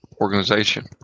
organization